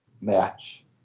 match